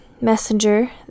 messenger